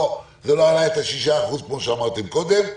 זה לא עלה את ה-6% כפי שאמרתם קודם.